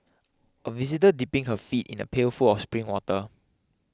a visitor dipping her feet in a pail full of spring water